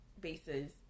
bases